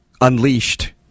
Unleashed